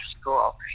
school